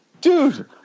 Dude